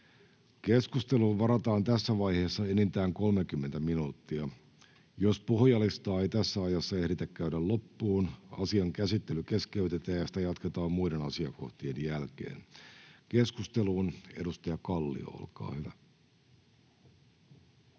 Keskusteluun varataan tässä vaiheessa enintään 30 minuuttia. Jos puhujalistaa ei tässä ajassa ehditä käydä loppuun, asian käsittely keskeytetään ja sitä jatketaan muiden asiakohtien jälkeen. — Keskusteluun, edustaja Kallio, olkaa hyvä.